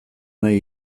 nahi